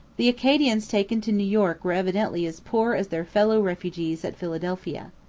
the acadians taken to new york were evidently as poor as their fellow-refugees at philadelphia.